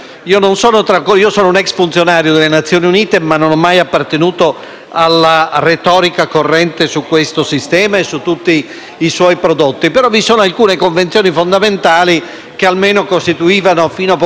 alla retorica corrente su questo sistema e su tutti i suoi prodotti, però vi sono alcune Convenzioni fondamentali che almeno costituivano, fino a poco tempo fa, un pavimento condiviso, con l'unica eccezione